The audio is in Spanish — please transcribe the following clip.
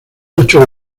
ocho